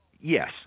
yes